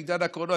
עידן הקורונה,